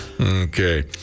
Okay